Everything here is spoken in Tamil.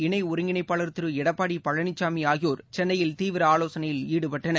இணைஒருங்கிணைப்பாளர் திருளடப்பாடிபழனிசாமிஆகியோர் சென்னையில் தீவிரஆலோசனையில் ஈடுபட்டனர்